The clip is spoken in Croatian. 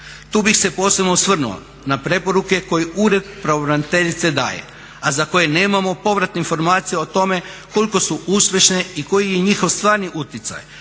Tu bih se posebno osvrnuo na preporuke koje Ured pravobraniteljice daje, a za koje nemamo povratnu informaciju o tome koliko su uspješne i koji je njihov stvarni utjecaj,